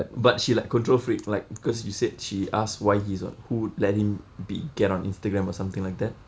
but she like control freak like because you said she asked why he's on who let him be get on Instagram or something like that